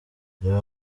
reba